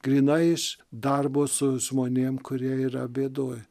grynai iš darbo su žmonėm kurie yra bėdoj